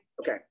Okay